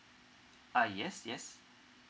uh yes yes